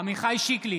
עמיחי שיקלי,